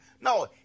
No